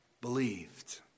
believed